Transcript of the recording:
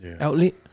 outlet